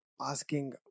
asking